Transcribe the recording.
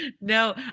no